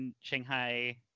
Shanghai